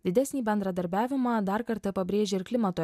didesnį bendradarbiavimą dar kartą pabrėžia ir klimato